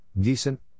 decent